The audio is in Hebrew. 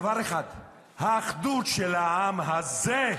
דבר אחד: האחדות של העם הזה.